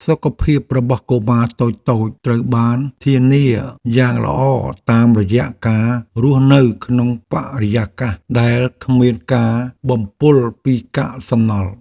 សុខភាពរបស់កុមារតូចៗត្រូវបានធានាយ៉ាងល្អតាមរយៈការរស់នៅក្នុងបរិយាកាសដែលគ្មានការបំពុលពីកាកសំណល់។